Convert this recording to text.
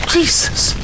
Jesus